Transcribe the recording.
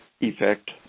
effect